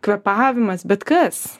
kvėpavimas bet kas